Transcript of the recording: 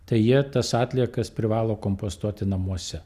tai jie tas atliekas privalo kompostuoti namuose